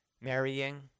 marrying